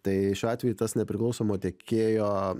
tai šiuo atveju tas nepriklausomo tiekėjo